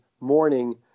morning